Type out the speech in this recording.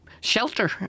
shelter